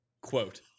Quote